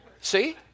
See